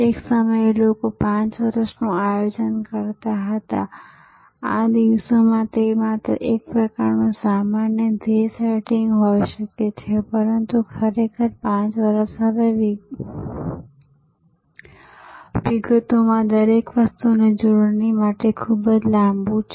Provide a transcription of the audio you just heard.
એક સમયે લોકો 5 વર્ષનું આયોજન કરતા હતા આ દિવસોમાં તે માત્ર એક પ્રકારનું સામાન્ય ધ્યેય સેટિંગ હોઈ શકે છે પરંતુ ખરેખર 5 વર્ષ હવે વિગતોમાં દરેક વસ્તુની જોડણી માટે ખૂબ લાંબુ છે